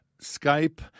Skype